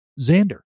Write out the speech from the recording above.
Xander